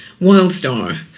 Wildstar